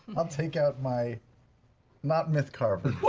i'll take out my not mythcarver.